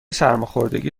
سرماخوردگی